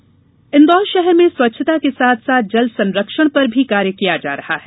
जल संरक्षण इंदौर षहर में स्वच्छता के साथ साथ जल संरक्षण पर भी कार्य किया जा रहा है